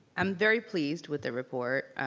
i'm very pleased with the report,